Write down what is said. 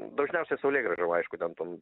dažniausiai saulėgrąžom aišku ten tom